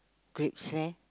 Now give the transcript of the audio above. grades there